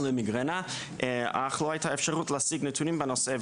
למיגרנה, אך לא הייתה אפשרות להשיג נתונים בנושא.